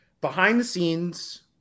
behind-the-scenes